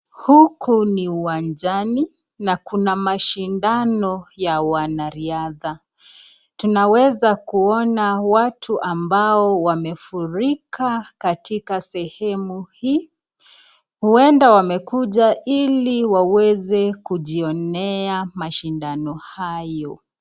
Huku ni uwanjani na kuna mashindano ya wanariadha tunaweza kuona watu ambao wamefurika katika sehemu hii, ueda wamekuja ili waweze kujionea mashindano hayo.